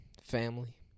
family